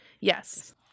Yes